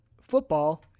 football